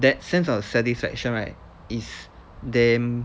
that sense of satisfaction right is damn